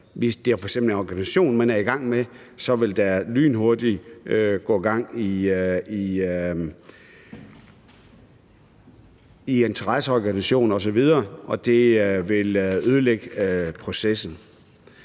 hvis det f.eks. er organisationen, man er i gang med. Så vil der lynhurtigt komme gang i interesseorganisationerne osv. Og det vil ødelægge processen.